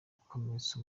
gukomeretsa